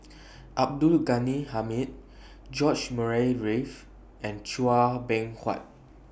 Abdul Ghani Hamid George Murray Reith and Chua Beng Huat